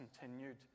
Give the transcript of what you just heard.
continued